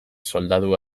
soldadu